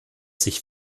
sich